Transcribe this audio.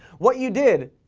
what you did,